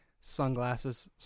sunglasses